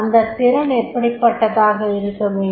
எந்த திறன் எப்படிப்பட்டதாக இருக்கவேண்டும்